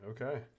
Okay